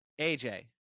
AJ